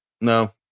No